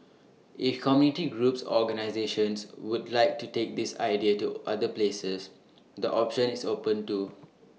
if community groups or organisations would like to take this idea to other places the option is open too